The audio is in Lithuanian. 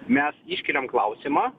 mes iškeliam klausimą